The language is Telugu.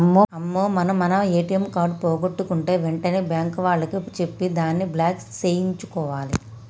అమ్మో మనం మన ఏటీఎం కార్డు పోగొట్టుకుంటే వెంటనే బ్యాంకు వాళ్లకి చెప్పి దాన్ని బ్లాక్ సేయించుకోవాలి